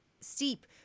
steep